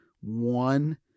one